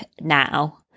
now